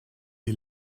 die